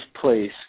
place